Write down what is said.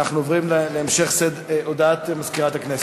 אנחנו עוברים להודעת מזכירת הכנסת.